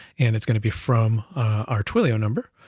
and it's gonna be from our twilio number,